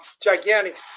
gigantic